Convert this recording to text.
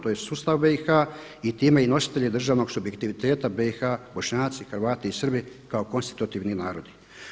To je sustav BiH i time i nositelji državnog subjektiviteta BiH, Bošnjaci, Hrvati i Srbi kao konstitutivni narodi.